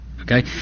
okay